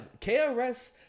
KRS